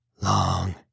Long